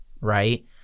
right